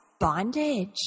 bondage